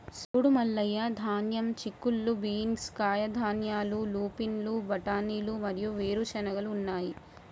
సూడు మల్లయ్య ధాన్యం, చిక్కుళ్ళు బీన్స్, కాయధాన్యాలు, లూపిన్లు, బఠానీలు మరియు వేరు చెనిగెలు ఉన్నాయి